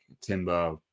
Timber